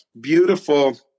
beautiful